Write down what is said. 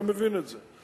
אתה מבין את זה.